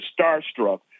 starstruck